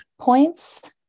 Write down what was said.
points